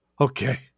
okay